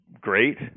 Great